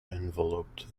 enveloped